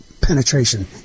penetration